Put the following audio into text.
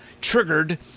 triggered